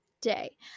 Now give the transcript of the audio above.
day